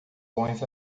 bons